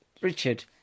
richard